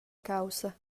caussa